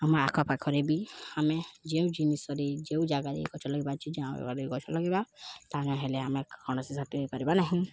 ଆମ ଆଖପାଖରେ ବି ଆମେ ଯେଉଁ ଜିନିଷରେ ଯେଉଁ ଜାଗାରେ ଗଛ ଲଗାଇବା ଗଛ ଲଗାଇବା ତାହେଲେ ଆମେ କୌଣସି ହେଇପାରିବା ନାହିଁ